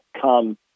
come